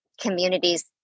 communities